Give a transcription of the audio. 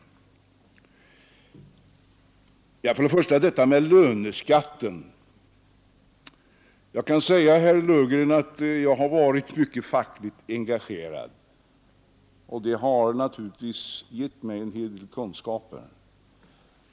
Beträffande löneskatten vill jag säga till herr Löfgren att jag länge varit fackligt engagerad, vilket naturligtvis givit mig en hel del kunskaper.